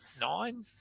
nine